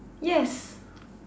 yes